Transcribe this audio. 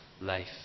life